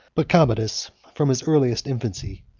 but commodus, from his earliest infancy,